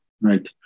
right